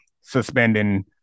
suspending